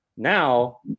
Now